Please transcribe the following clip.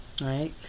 right